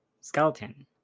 skeleton